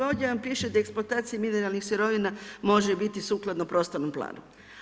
Ovdje vam piše da je eksploatacija mineralnih sirovina može biti sukladno prostornom planu.